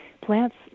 Plants